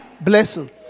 blessing